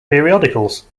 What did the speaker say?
periodicals